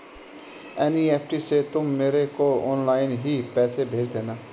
NEFT से तुम मेरे को ऑनलाइन ही पैसे भेज देना